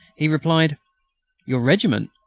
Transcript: he replied your regiment?